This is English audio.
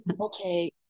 okay